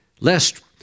lest